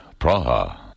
Praha